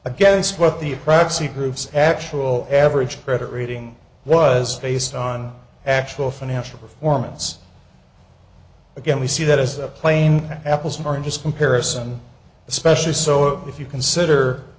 against what the a proxy proves actual average credit rating was based on actual financial performance again we see that as a claim that apples and oranges comparison especially so if you consider